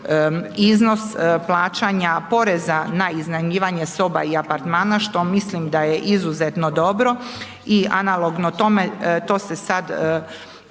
iznos plaćanja poreza na iznajmljivanje soba i apartmana što mislim da je izuzetno dobro i analogno tome to se sada